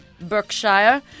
Berkshire